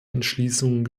entschließungen